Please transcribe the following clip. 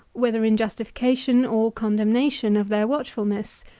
whether in justification or condemnation of their watchfulness,